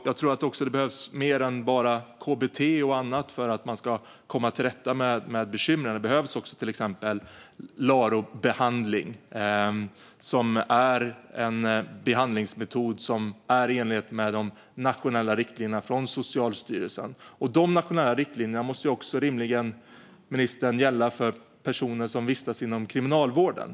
Jag tror också att det behövs mer än bara kbt och annat för att man ska komma till rätta med bekymren. Det behövs också till exempel LARO-behandling, som är en behandlingsmetod som är i enlighet med de nationella riktlinjerna från Socialstyrelsen. Dessa nationella riktlinjer måste också rimligen gälla för personer som vistas inom kriminalvården.